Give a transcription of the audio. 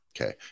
okay